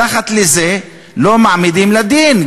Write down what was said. מתחת לזה לא מעמידים לדין,